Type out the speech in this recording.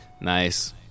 Nice